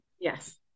Yes